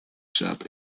shop